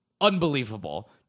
Unbelievable